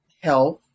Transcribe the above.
health